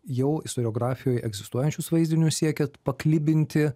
jau istoriografijoj egzistuojančius vaizdinius siekiat paklibinti